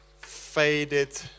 faded